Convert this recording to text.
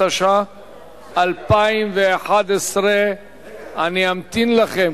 התשע"א 2011. אני אמתין לכם.